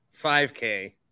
5K